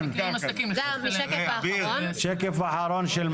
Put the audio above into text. השקף האחרון.